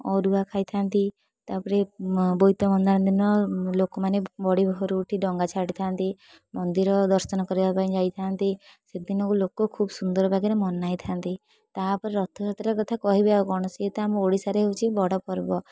ଅରୁଆ ଖାଇଥାନ୍ତି ତା'ପରେ ବୋଇତ ବନ୍ଦାଣ ଦିନ ଲୋକମାନେ ବଡ଼ି ଭୋରରୁ ଉଠି ଡଙ୍ଗା ଛାଡ଼ିଥାନ୍ତି ମନ୍ଦିର ଦର୍ଶନ କରିବା ପାଇଁ ଯାଇଥାନ୍ତି ସେଦିନକୁ ଲୋକ ଖୁବ୍ ସୁନ୍ଦର ବାଗରେ ମନାଇଥାନ୍ତି ତା'ପରେ ରଥଯାତ୍ରା କଥା କହିବି ଆଉ କ'ଣ ସିଏ ତ ଆମ ଓଡ଼ିଶାରେ ହେଉଛି ବଡ଼ ପର୍ବ